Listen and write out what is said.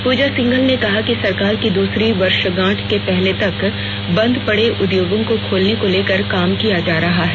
पूजा सिंघल ने कहा कि सरकार की दूसरी वर्षगांठ के पहले तक बंद बड़े उद्योगों को खोलने को लेकर काम किया जा रहा है